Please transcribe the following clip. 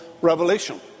revelation